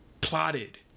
plotted